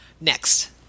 Next